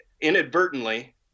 inadvertently